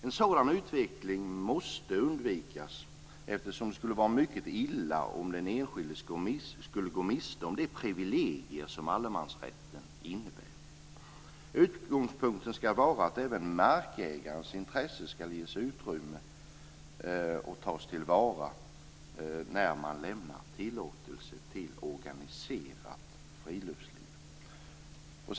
En sådan utveckling måste undvikas eftersom det skulle vara mycket illa om den enskilde skulle gå miste om de privilegier som allemansrätten innebär. Utgångspunkten ska vara att även markägarens intresse ska ges utrymme och tas till vara när man lämnar tillåtelse till organiserat friluftsliv.